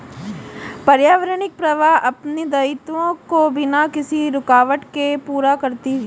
पर्यावरणीय प्रवाह अपने दायित्वों को बिना किसी रूकावट के पूरा करती है